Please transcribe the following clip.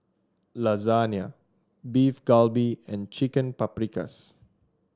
Lasagna Beef Galbi and Chicken Paprikas